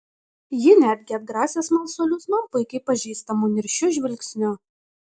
ji netgi atgrasė smalsuolius man puikiai pažįstamu niršiu žvilgsniu